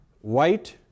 white